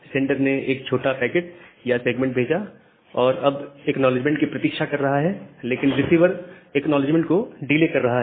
sender ने एक छोटा पैकेट या सेगमेंट भेजा और अब एक्नॉलेजमेंट की प्रतीक्षा कर रहा है लेकिन रिसीवर एक्नॉलेजमेंट को डिले कर रहा है